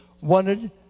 wanted